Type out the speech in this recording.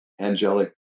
angelic